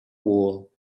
wool